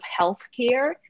healthcare